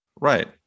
Right